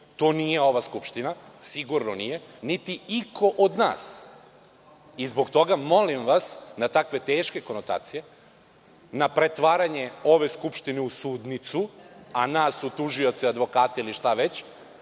To nije ova Skupština. Sigurno nije, niti iko od nas i zbog toga vas molim na takve teške konotacije, na pretvaranje ove Skupštine u sudnicu, a nas u tužioce, advokate ili šta već,